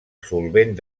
solvent